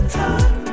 time